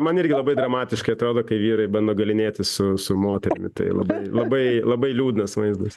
man irgi labai dramatiškai atrodo kai vyrai bando galynėtis su su moterimi tai labai labai labai liūdnas vaizdas